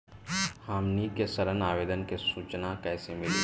हमनी के ऋण आवेदन के सूचना कैसे मिली?